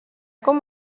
com